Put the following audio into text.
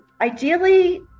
ideally